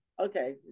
Okay